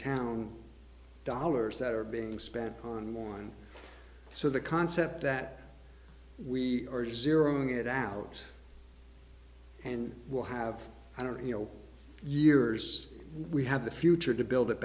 town dollars that are being spent on one so the concept that we are just zero to get out and will have i don't you know years we have the future to build it